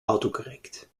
autocorrect